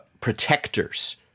protectors